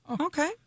okay